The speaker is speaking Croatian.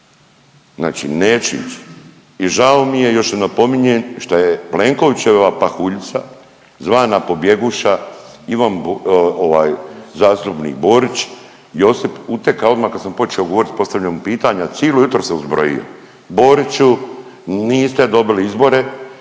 Znači neću ići. I žao mi je, još jednom napominjem šta je Plenkovićeva pahuljica zvana pobjeguša Ivan, ovaj, zastupnik Borić Josip uteka odma kad sam počeo govorit postavljenom pitanja, cilo jutro se uzbrojio. Boriću, niste dobili izbore,